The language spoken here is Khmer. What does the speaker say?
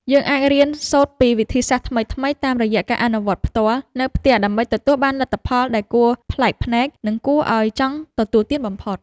យើងអាចរៀនសូត្រពីវិធីសាស្ត្រថ្មីៗតាមរយៈការអនុវត្តផ្ទាល់នៅផ្ទះដើម្បីទទួលបានលទ្ធផលដែលគួរប្លែកភ្នែក និងគួរឱ្យចង់ទទួលទានបំផុត។